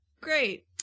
great